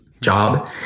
job